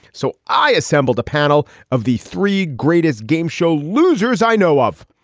so i assembled a panel of the three greatest game show losers i know of.